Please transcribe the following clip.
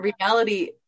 reality